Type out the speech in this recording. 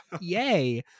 Yay